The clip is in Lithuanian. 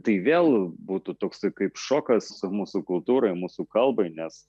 tai vėl būtų toksai kaip šokas mūsų kultūrai mūsų kalbai nes